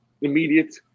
immediate